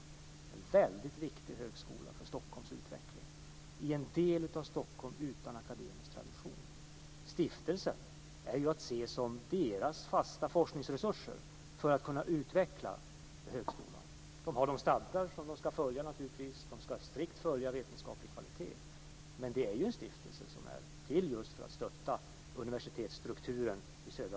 Det är en väldigt viktig högskola för Stockholms utveckling, i en del av Stockholm utan akademisk tradition. Stiftelsen är ju att se som deras fasta forskningsresurs för att kunna utveckla högskolan. Man har stadgar att följa naturligtvis. Man ska strikt följa vetenskaplig kvalitet. Men det är ju en stiftelse som är till just för att stötta universitetsstrukturen i södra